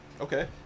Okay